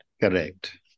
correct